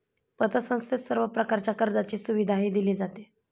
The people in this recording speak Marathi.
पतसंस्थेत सर्व प्रकारच्या कर्जाची सुविधाही दिली जाते